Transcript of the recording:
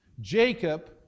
Jacob